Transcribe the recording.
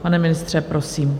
Pane ministře, prosím.